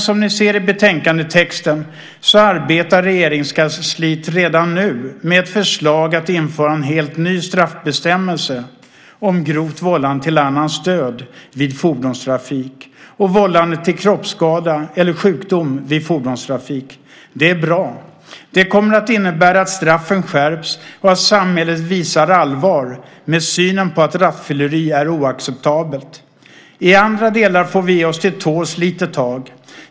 Som ni ser i betänkandetexten arbetar Regeringskansliet redan nu med ett förslag att införa en helt ny straffbestämmelse om grovt vållande till annans död vid fordonstrafik och vållande till kroppsskada eller sjukdom vid fordonstrafik. Det är bra. Det kommer att innebära att straffen skärps och att samhället visar allvar med att rattfylleri är oacceptabelt. I andra delar får vi ge oss till tåls ett litet tag.